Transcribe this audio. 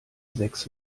sechs